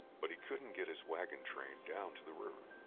but he couldn't get his wagon train down to the river.